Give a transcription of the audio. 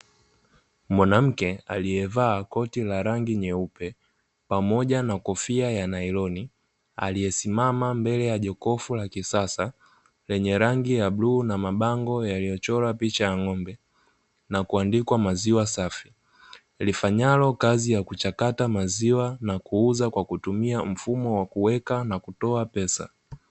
Mwanamke aliye vaa koti la rangi nyeupe pamoja na kofia ya nailoni, aliyesimama mbele ya jokofu la kisasa lenye rangi ya bluu na mabango yaliyochorwa picha ya ng'ombe, na kuandikwa maziwa safi lifanyalo kazi ya kuchakata maziwa na kuuza kwa kutumia mfumo wa kuweka na kutoa pesa.